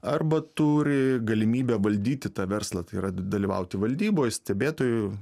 arba turi galimybę valdyti tą verslą tai yra dalyvauti valdyboj stebėtojų